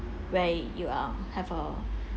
where you are have a